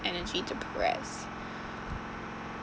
energy to progress